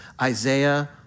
Isaiah